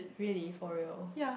really for real